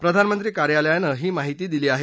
प्रधानमंत्री कार्यालयानं ही माहिती दिली आहे